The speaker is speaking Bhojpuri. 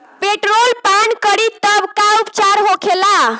पेट्रोल पान करी तब का उपचार होखेला?